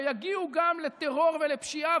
שיגיעו גם לטרור ולפשיעה,